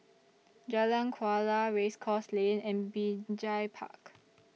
Jalan Kuala Race Course Lane and Binjai Park